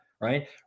right